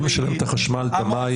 מי משלם את החשמל, את המים?